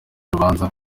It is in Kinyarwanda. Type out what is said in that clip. y’urubanza